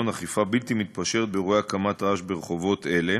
אכיפה בלתי מתפשרת באירועי הקמת רעש ברחובות אלה,